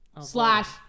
Slash